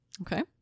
Okay